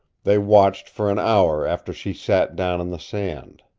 they watched for an hour after she sat down in the sand.